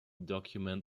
document